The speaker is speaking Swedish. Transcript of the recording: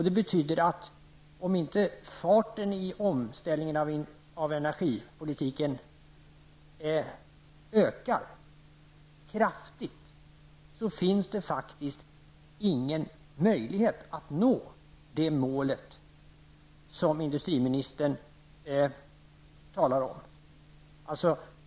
Det betyder att om inte farten i omställningen av energipolitiken ökar kraftigt, finns det faktiskt ingen möjlighet att nå det mål som industriministern talar om.